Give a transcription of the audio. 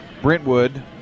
Brentwood